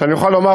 ואני יכול לומר,